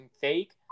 fake